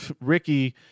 Ricky